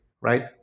right